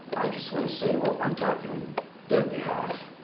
just wanna say well i'm talking their behalf.